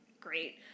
Great